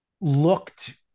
looked